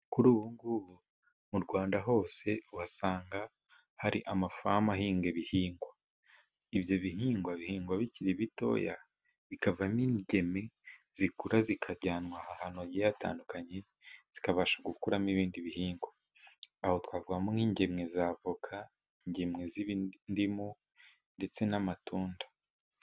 Kuri ubu ngubu mu Rwanda hose, uhasanga hari amafamu ahinga ibihingwa, ibyo bihingwa bihingwa bikiri bitoya, bikavamo ingemwe zikura, zikajyanwa ahantu hagiye hatandukanye, zikabasha gukurwamo ibindi bihingwa, aho twavugamo nk'ingemwe za avoka ingemwe z'indimu ndetse n'amatunda.